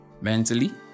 mentally